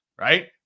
right